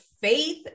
faith